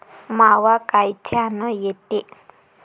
मावा कायच्यानं येते?